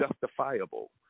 justifiable